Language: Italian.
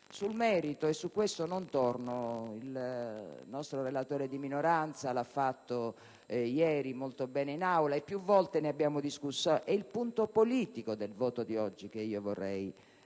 Sul merito non torno: il nostro relatore di minoranza lo ha già fatto ieri molto bene in Aula e più volte ne abbiamo discusso. È il punto politico del voto di oggi che io vorrei